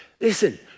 Listen